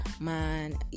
man